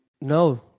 No